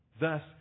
Thus